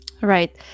right